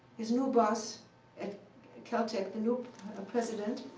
his new boss at caltech, the new president,